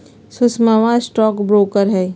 सुषमवा stock broker हई